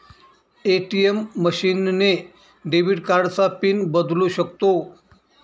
ATM machine ने debit कार्डचा pin बदलू शकतो